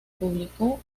publicó